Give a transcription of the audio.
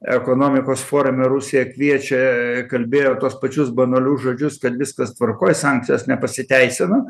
ekonomikos forume rusija kviečia kalbėjo tuos pačius banalius žodžius kad viskas tvarkoj sankcijos nepasiteisino